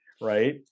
right